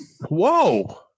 Whoa